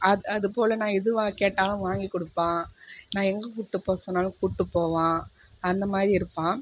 அது அது போல் நான் எது வ கேட்டாலும் வாங்கி கொடுப்பான் நான் எங்கே கூட்டு போக சொன்னாலும் கூட்டு போவான் அந்த மாரி இருப்பான்